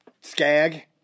Skag